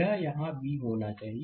यह यहां V होना चाहिए